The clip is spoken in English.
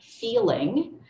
feeling